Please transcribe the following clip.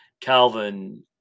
calvin